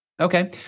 Okay